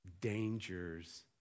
dangers